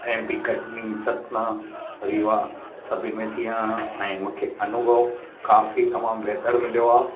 ऐं ॿी कटनी सतना रीवा सभिनि में थी आहियो आहियां ऐं मूंखे अनुभव काफ़ी तमामु बहितरु मिलियो आहे